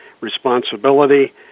responsibility